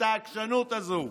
את העקשנות הזו.